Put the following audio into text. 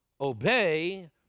obey